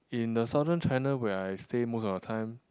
in the Southern China where I stay most of the time